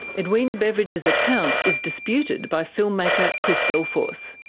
edwina beveridge's account is disputed by film-maker chris delforce.